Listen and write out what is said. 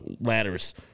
ladders